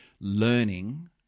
learning